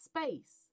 space